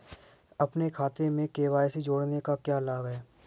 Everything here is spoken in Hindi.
अपने खाते में के.वाई.सी जोड़ने का क्या लाभ है?